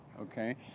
okay